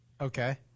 okay